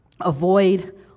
avoid